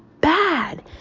bad